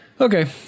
Okay